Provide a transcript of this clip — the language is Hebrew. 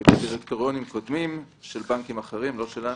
בדירקטוריונים קודמים של בנקים אחרים, לא שלנו.